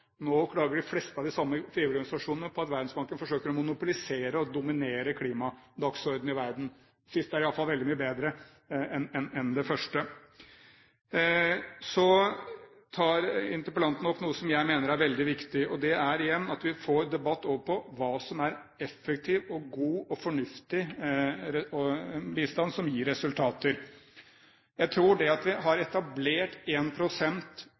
Nå klager de fleste av de samme frivillige organisasjonene over at Verdensbanken forsøker å monopolisere og dominere klimadagsordenen i verden. Det siste er i alle fall veldig mye bedre enn det første. Så tar interpellanten opp noe som jeg mener er veldig viktig, og det er igjen at vi får debatten over på hva som er effektiv, god og fornuftig bistand, som gir resultater. Jeg tror at det at vi har